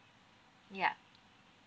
yeah